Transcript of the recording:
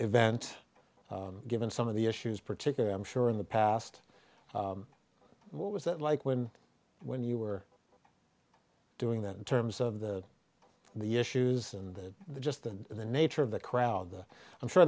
event given some of the issues particularly i'm sure in the past what was that like when when you were doing that in terms of the the issues and the just and the nature of the crowd that i'm sure